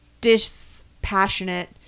dispassionate